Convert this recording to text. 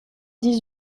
dix